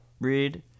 read